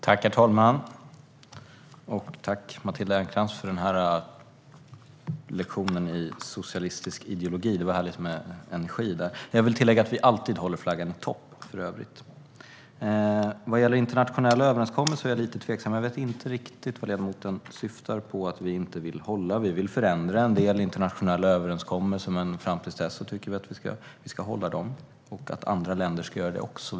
Herr talman! Tack, Matilda Ernkrans, för lektionen i socialistisk ideologi! Det var härligt med energin där. Jag vill för övrigt tillägga att vi alltid håller flaggan i topp. Vad gäller internationella överenskommelser vet jag inte riktigt vad ledamoten syftar på att vi inte vill hålla. Vi vill förändra en del internationella överenskommelser, men fram till dess tycker vi att vi ska hålla dem och att andra länder också ska göra det.